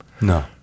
no